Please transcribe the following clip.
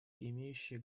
имеющие